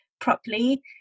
properly